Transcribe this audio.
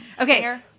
Okay